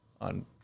on